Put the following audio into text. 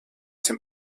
dem